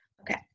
Okay